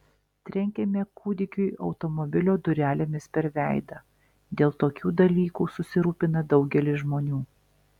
trenkėme kūdikiui automobilio durelėmis per veidą dėl tokių dalykų susirūpina daugelis žmonių